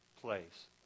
place